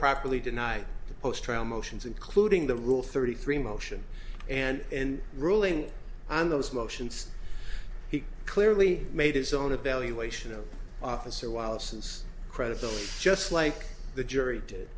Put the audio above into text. properly deny the post trial motions including the rule thirty three motion and ruling on those motions he clearly made his own evaluation of officer while since credibility just like the jury did